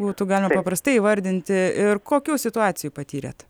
būtų galima prastai įvardinti ir kokių situacijų patyrėt